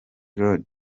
rae